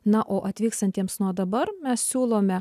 na o atvykstantiems nuo dabar mes siūlome